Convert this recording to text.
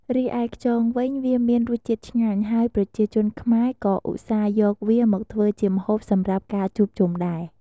រីឯខ្យងវិញ វាមានរសជាតិឆ្ងាញ់ ហើយប្រជាជនខ្មែរក៏ឧស្សាហ៍យកវាមកធ្វើជាម្ហូបសម្រាប់ការជួបជុំដែរ។